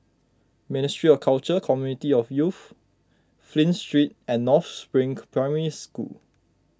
Ministry of Culture Community and Youth Flint Street and North Spring Primary School